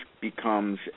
becomes